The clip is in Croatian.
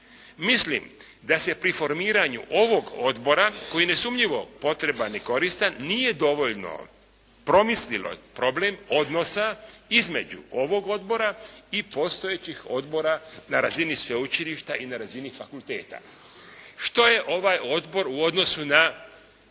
Mislim da se pri formiranju ovog odbora koji je nesumnjivo potreban i koristan nije dovoljno promislilo problem odnosa između ovog odbora i postojećih odbora na razini sveučilišta i na razini fakulteta. Što je ovaj odbor u odnosu na